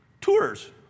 tours